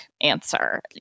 answer